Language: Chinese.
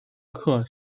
乘客